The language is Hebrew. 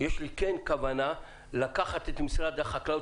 יש לי כן כוונה לקחת את משרד החקלאות